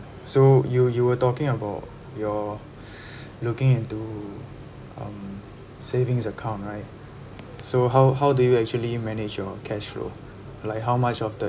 so you you were talking about your looking into um savings account right so how how do you actually manage your cash flow like how much of the